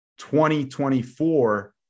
2024